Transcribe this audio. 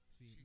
See